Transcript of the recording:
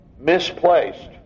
misplaced